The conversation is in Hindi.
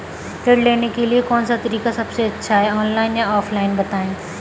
ऋण लेने के लिए कौन सा तरीका सबसे अच्छा है ऑनलाइन या ऑफलाइन बताएँ?